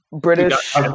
British